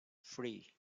three